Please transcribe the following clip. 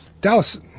Dallas